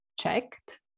checked